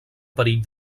perill